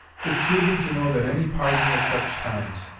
it's soothing to know that any pardon at such times